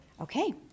Okay